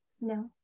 No